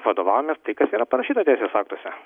vadovaujamės tai kas yra parašyta teisės aktuose